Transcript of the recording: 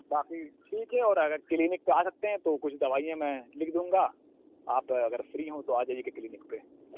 باقی ٹھیک ہے اور اگر کلینک پہ آ سکتے ہیں تو کچھ دوائیاں میں لِکھ دوں گا آپ اگر فری ہوں تو آ جائیے گا کلینک پہ